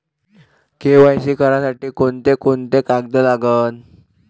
KYC करासाठी कोंते कोंते कागद लागन?